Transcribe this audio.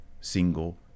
single